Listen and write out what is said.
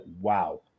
wow